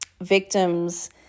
victims